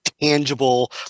tangible